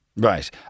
Right